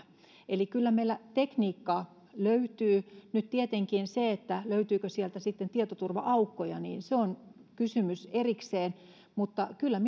eli kyllä meillä tekniikkaa löytyy nyt tietenkin se löytyykö sieltä sitten tietoturva aukkoja on kysymys erikseen mutta kyllä